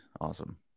awesome